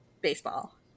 baseball